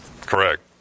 Correct